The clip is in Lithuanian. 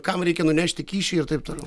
kam reikia nunešti kyšį ir taip toliau